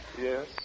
Yes